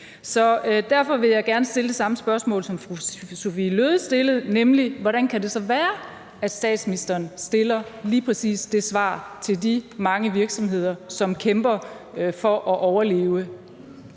Så derfor vil jeg gerne stille det samme spørgsmål, som fru Sophie Løhde stillede, nemlig: Hvordan kan det så være, at statsministeren giver lige præcis det svar til de mange virksomheder, som kæmper for at overleve